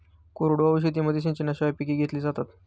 कोरडवाहू शेतीमध्ये सिंचनाशिवाय पिके घेतली जातात